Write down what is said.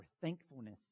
thankfulness